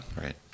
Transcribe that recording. Right